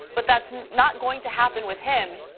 but that's not going to happen with him.